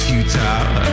Futile